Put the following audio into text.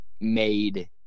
made